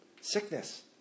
sickness